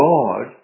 God